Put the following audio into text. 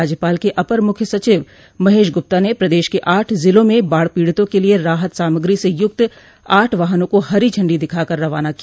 राज्यपाल के अपर मुख्य सचिव महेश गुप्ता ने प्रदेश के आठ जिलों में बाढ़ पीड़ितों के लिये राहत सामग्री से युक्त आठ वाहनों को हरी झंडी दिखा कर रवाना किया